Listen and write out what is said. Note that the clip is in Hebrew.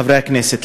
חברי הכנסת,